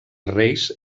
reis